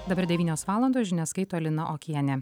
dabar devynios valandos žinias skaito lina okienė